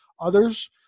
others